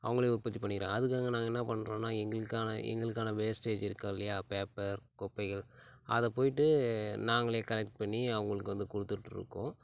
அவங்களே உற்பத்தி பண்ணிக்கிறாங்க அதுக்காக நாங்கள் என்ன பண்ணுறோன்னா எங்களுக்கான எங்களுக்கான வேஸ்டேஜ் இருக்கும் இல்லையா பேப்பர் குப்பைகள் அதைப் போய்விட்டு நாங்களே கலெக்ட் பண்ணி அவங்களுக்கு வந்து கொடுத்துட்ருக்கோம்